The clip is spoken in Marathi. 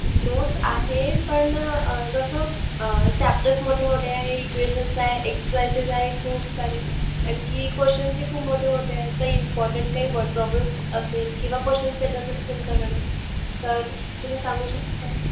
नोट्स आहे पण कसं चॅप्टर्स मोठे मोठे आहे इक्वेशन्स आहे एक्झसायसेस आहे खूप सारे आणखी क्वेशन्सही खूप मोठे मोठे आहेत तर इम्पॉटंट काही वर्ड प्रॉब्लेम्स असेल किंवा क्वेशन सेट असेल तुमच्याकडे तर तुम्ही सांगू शकता का